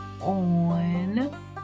on